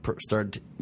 started